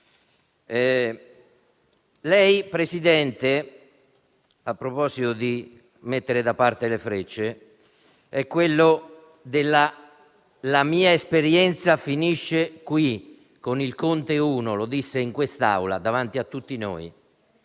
Presidente, a proposito di mettere da parte le frecce, è quello del «La mia esperienza finisce qui», con il governo Conte I: lo disse in quest'Aula, davanti a tutti noi.